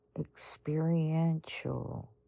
experiential